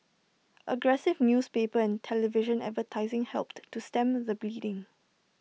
aggressive newspaper and television advertising helped to stem the bleeding